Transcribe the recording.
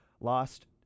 lost